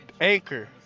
Anchor